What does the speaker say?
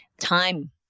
Time